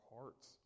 hearts